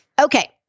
Okay